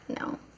No